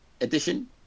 Edition